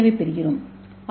ஏவைப் பெறுகிறோம்